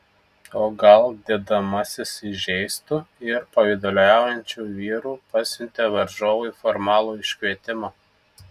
o gal dėdamasis įžeistu ir pavyduliaujančiu vyru pasiuntė varžovui formalų iškvietimą